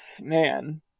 man